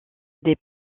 des